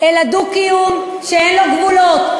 אלא דו-קיום שאין לו גבולות.